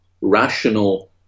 rational